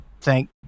Thank